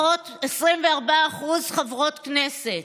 24% חברות כנסת,